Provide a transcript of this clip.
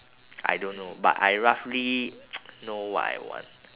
I don't know but I roughly know what I want